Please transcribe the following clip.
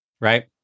right